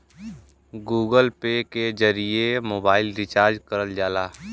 Google pay के जरिए mobile recharge करल जाला